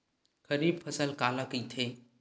खरीफ फसल काला कहिथे?